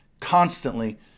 constantly